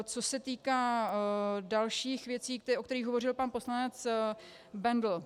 Co se týká dalších věcí, o kterých hovořil pan poslanec Bendl.